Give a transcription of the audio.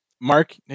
Mark